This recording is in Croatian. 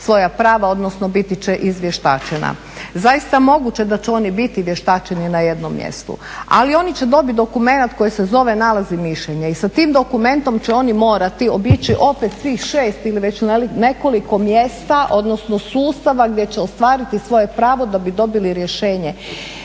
svoja prava odnosno biti će izvještačena. Zaista moguće da će oni biti vještačeni na jednom mjestu ali oni će dobiti dokumenat koji se zove nalaz i mišljenje i sa tim dokumentom će on morati obići opet svih šest ili nekoliko mjesta odnosno sustava gdje će ostvariti svoje pravo da bi dobili rješenje